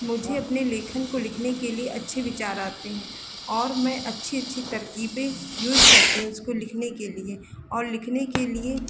मुझे अपने लेखन को लिखने के लिए अच्छे विचार आते हैं और मैं अच्छी अच्छी तरकीबें यूज़ करती हूँ इसको लिखने के लिए और लिखने के लिए